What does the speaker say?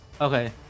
Okay